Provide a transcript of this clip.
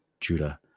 Judah